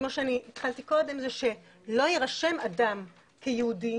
כמו שאני התחלתי קודם, שלא יירשם אדם כיהודי